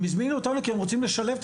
הם הזמינו אותנו כי הם רוצים לשלב את